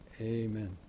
amen